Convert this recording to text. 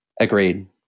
Agreed